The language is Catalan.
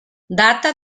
data